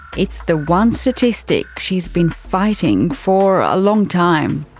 it's the one statistic she's been fighting for a long time.